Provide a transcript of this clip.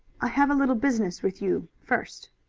i have a little business with you first.